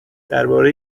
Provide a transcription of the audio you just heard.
درباره